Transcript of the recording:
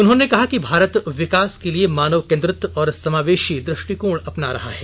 उन्होंने कहा कि भारत विकास के लिए मानव इंडि केन्द्रित और समावेशी दृष्टिकोण अपना रहा है